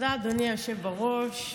תודה, אדוני היושב בראש.